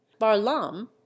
barlam